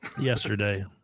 Yesterday